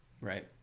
Right